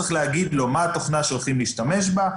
צריך להגיד לו מה התוכנה שהולכים להשתמש בה,